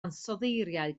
ansoddeiriau